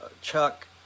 Chuck